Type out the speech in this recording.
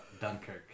Dunkirk